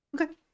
Okay